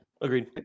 Agreed